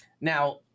Now